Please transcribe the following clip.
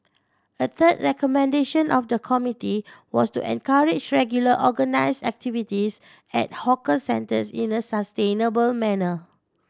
a third recommendation of the committee was to encourage regular organise activities at hawker centres in a sustainable manner